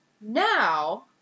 now